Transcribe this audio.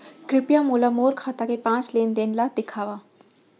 कृपया मोला मोर खाता के पाँच लेन देन ला देखवाव